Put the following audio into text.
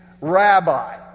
rabbi